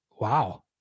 wow